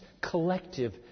collective